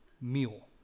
meal